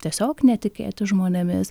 tiesiog netikėti žmonėmis